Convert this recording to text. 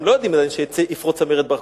הם לא יודעים עדיין שיפרוץ מרד בר-כוכבא.